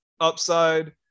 upside –